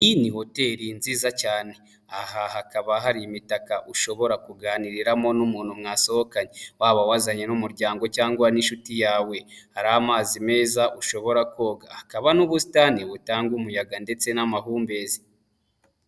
Iyi ni hoteli nziza cyane, aha hakaba hari imitaka ushobora kuganiriramo n'umuntu mwasohoka waba wazanye n'umuryango cyangwa n'inshuti yawe hari amazi meza ushobora koga, hakaba n'ubusitani butanga umuyaga ndetse n'amahumbezi.